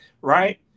right